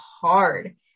hard